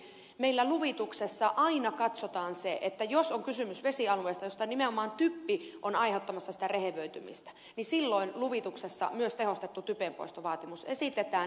meillä luvituksessa aina katsotaan se että jos on kysymys vesialueesta jolla nimenomaan typpi on aiheuttamassa rehevöitymistä niin silloin luvituksessa myös tehostetun typenpoiston vaatimus esitetään